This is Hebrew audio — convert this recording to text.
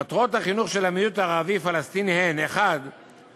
מטרות החינוך של המיעוט הערבי-פלסטיני הן: (1)